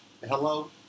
hello